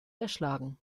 erschlagen